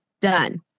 Done